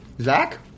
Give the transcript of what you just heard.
Zach